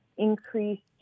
increased